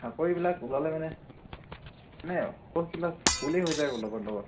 চাকৰিবিলাক ওলালে মানে ওলায়ো পষ্টবিলাক ফুলেই হৈ যায় আৰু লগত লগত